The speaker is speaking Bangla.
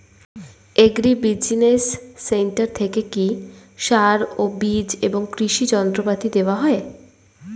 এগ্রি বিজিনেস সেন্টার থেকে কি সার ও বিজ এবং কৃষি যন্ত্র পাতি দেওয়া হয়?